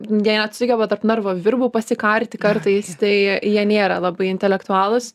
net sugeba tarp narvo virbų pasikarti kartais tai jie nėra labai intelektualūs